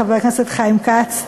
חבר הכנסת חיים כץ.